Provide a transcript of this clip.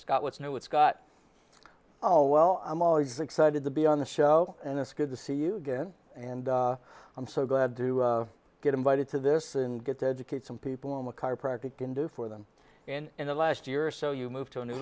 scott what's new with scott oh well i'm always excited to be on the show and it's good to see you again and i'm so glad to get invited to this and get to educate some people i'm a chiropractor can do for them in the last year or so you moved to a new